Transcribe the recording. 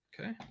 Okay